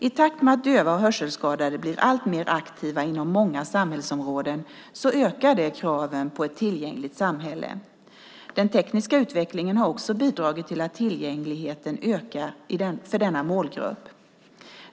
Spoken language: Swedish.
I takt med att döva och hörselskadade blir alltmer aktiva inom många samhällsområden ökar kraven på ett tillgängligt samhälle. Den tekniska utvecklingen har också bidragit till att tillgängligheten ökat för denna målgrupp.